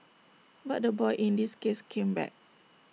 but the boy in this case came back